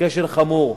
כשל חמור,